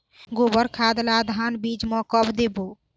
गोबर खाद ला धान बीज म कब देबो?